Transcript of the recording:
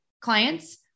clients